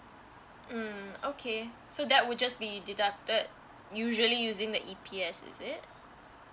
mm okay so that would just be deducted usually using the E_P_S is it